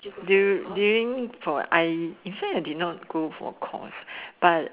during during for like I in fact I didn't go for course but